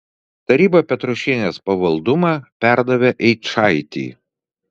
taryba petrošienės pavaldumą perdavė eičaitei